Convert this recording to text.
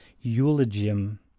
eulogium